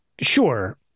Sure